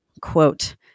quote